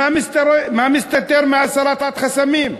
מה מסתתר בהסרת חסמים?